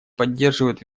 поддерживают